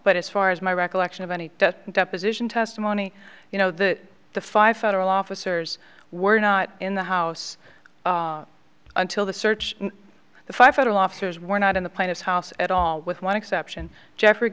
but as far as my recollection of any deposition testimony you know that the five federal officers were not in the house until the search the five federal officers were not in the plan is house at all with one exception jeffrey